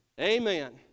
Amen